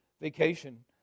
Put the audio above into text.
vacation